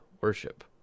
worship